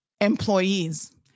employees